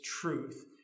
truth